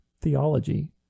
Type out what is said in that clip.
theology